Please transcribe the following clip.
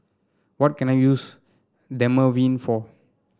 what can I use Dermaveen for